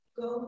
go